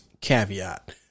Caveat